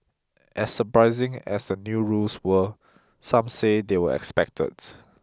as surprising as the new rules were some say they were expected